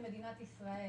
מדינת ישראל